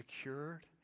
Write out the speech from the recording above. secured